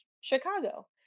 Chicago